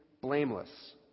blameless